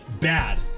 bad